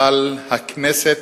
אבל הכנסת,